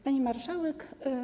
Pani Marszałek!